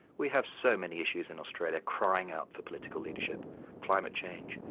we have so many issues in australia crying out for political leadership climate change,